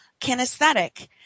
kinesthetic